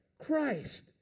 Christ